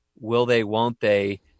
will-they-won't-they